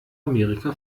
amerika